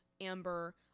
Amber